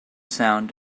sound